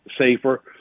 safer